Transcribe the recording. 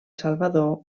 salvador